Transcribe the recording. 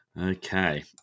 Okay